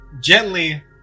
gently